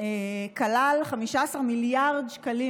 כלל 15 מיליארד שקלים,